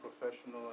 professional